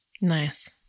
Nice